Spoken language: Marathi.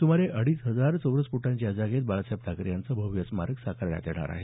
सुमारे अडीच हजार चौरस फुटांच्या या जागेत बाळासाहेब ठाकरे यांचं भव्य स्मारक साकारण्यात येणार आहे